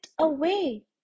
away